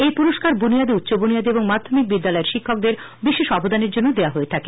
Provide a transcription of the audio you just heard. এই পুরস্কার বুনিয়াদী উষ্চ বুনিয়াদী ও মাধ্যমিক বিদ্যালয়ে শিক্ষকদের বিশেষ অবদানের জন্য দেয়া হয়ে থাকে